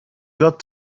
got